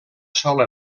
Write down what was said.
sola